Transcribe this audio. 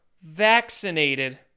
vaccinated